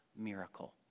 miracle